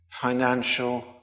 financial